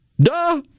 Duh